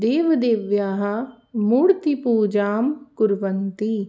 देवदेव्याः मूर्तिपूजां कुर्वन्ति